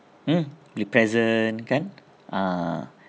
mm beli present kan ah